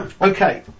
okay